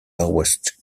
lowest